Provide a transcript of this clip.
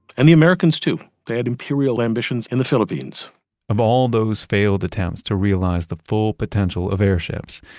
and the americans too. they had imperial ambitions in the philippines of all those failed attempts to realize the full potential of airships,